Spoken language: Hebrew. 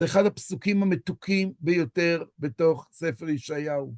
אחד הפסוקים המתוקים ביותר בתוך ספר ישעיהו.